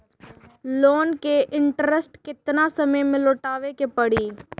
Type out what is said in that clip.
Loan के interest केतना समय में लौटावे के पड़ी?